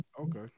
Okay